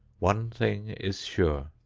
one thing is sure,